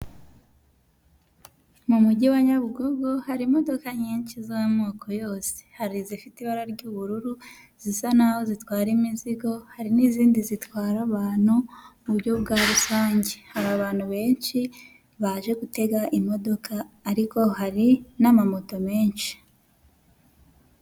Mu mujyi wa Nyabugogo hari imodoka nyinshi z'amoko yose, hari izifite ibara ry'ubururu zisa nk'aho zitwara imizigo, hari n'izindi zitwara abantu mu buryo bwa rusange, hari abantu benshi baje gutega imodoka, ariko hari n'amamoto menshi.